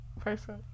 Person